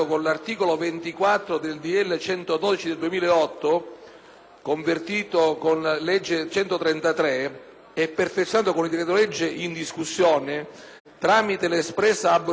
manovra d'estate), e perfezionato con il decreto-legge in discussione tramite l'espressa abrogazione di tutti quegli atti di cui si ritiene cessata la vigenza,